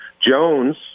Jones